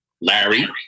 Larry